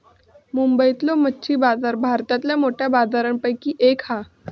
मुंबईतलो मच्छी बाजार भारतातल्या मोठ्या बाजारांपैकी एक हा